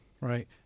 Right